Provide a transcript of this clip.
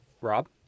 rob